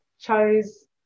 chose